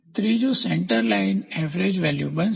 ત્રીજું centre line average value બનશે